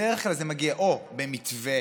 בדרך כלל זה מגיע או לדוגמה במתווה